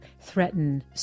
threaten